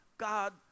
God